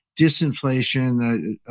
disinflation